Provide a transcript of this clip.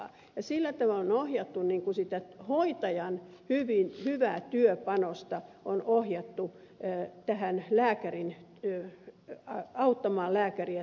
sillä tavoin on ohjattu sitä hoitajan hyvää työpanosta on ohjattu että hän lääkärin työn ja auttamaan lääkäriä tämän työssä